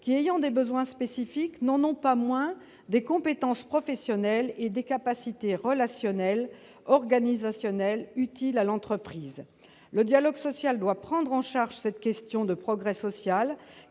qui, ayant des besoins spécifiques, n'en ont pas moins des compétences professionnelles et des capacités relationnelles et organisationnelles utiles à l'entreprise. Le dialogue social doit prendre en charge cette question de progrès social,